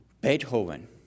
Beethoven